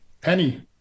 Penny –